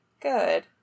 Good